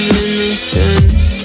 innocence